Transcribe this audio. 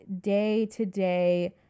day-to-day